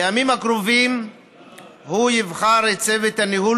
בימים הקרובים הוא יבחר את צוות הניהול